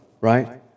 right